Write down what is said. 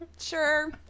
sure